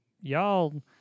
Y'all